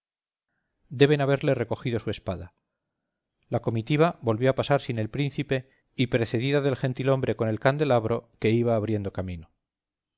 deben haberle recogido su espada la comitiva volvió a pasar sin el príncipe y precedida del gentil-hombre con el candelabro que iba abriendo camino